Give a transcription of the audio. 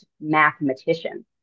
mathematician